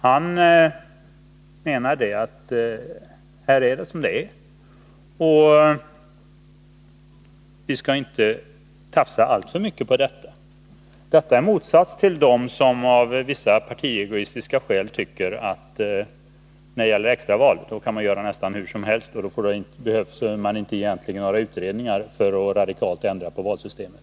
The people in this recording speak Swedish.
Han menade att här är det som det är och vi skall inte tafsa alltför mycket på detta. Hans inställning står i klar motsats till inställningen hos dem som av vissa partiegoistiska skäl tycker att när det gäller extraval kan man göra nästan hur som helst — det behövs egentligen inga utredningar för att radikalt ändra på valsystemet.